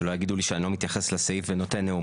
שלא יגידו לי שאני לא מתייחס לסעיף ונותן נאום